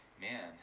Man